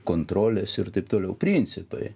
kontrolės ir taip toliau principai